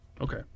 Okay